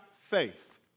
faith